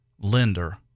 lender